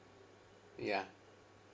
ya